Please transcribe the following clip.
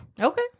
Okay